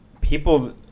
people